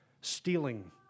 Stealing